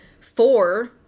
four